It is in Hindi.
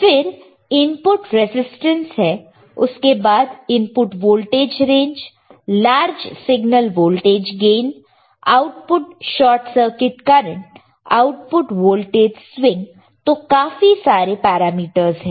फिर इनपुट रेजिस्टेंस है उसके बाद input voltage range large signal voltage gain output short circuit current output voltage swing तो काफी सारे पैरामीटर्स है